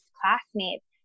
classmates